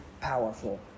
powerful